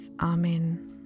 Amen